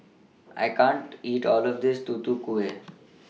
I can't eat All of This Tutu Kueh